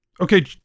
Okay